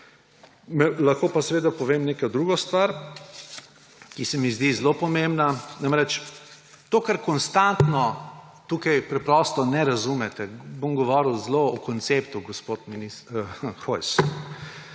Lahko pa povem neko drugo stvar, ki se mi zdi zelo pomembna. To, kar konstantno tukaj preprosto ne razumete, bom govoril zelo v konceptu, gospod